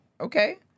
okay